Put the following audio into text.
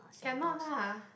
cannot lah